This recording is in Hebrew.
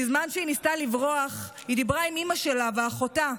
בזמן שהיא ניסתה לברוח היא דיברה עם אימא שלה ואחותה.